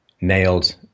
nailed